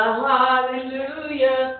hallelujah